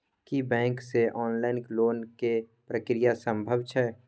की bank से online loan के प्रक्रिया संभव छै?